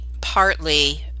partly